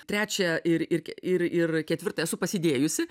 trečią ir ir ir ir ketvirtą esu pasidėjusi